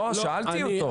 לא, שאלתי אותו.